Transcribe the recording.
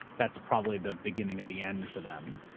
that's probably the beginning of the end for them.